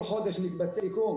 כל חודש מתבצע עדכון